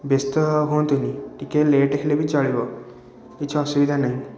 ବ୍ୟସ୍ତ ହୁଅନ୍ତୁନି ଟିକେ ଲେଟ୍ ହେଲେବି ଚଳିବ କିଛି ଅସୁବିଧା ନାହିଁ